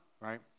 right